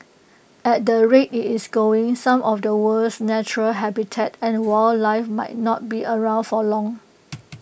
at the rate IT is going some of the world's natural habitat and wildlife might not be around for long